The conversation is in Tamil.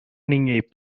நீங்க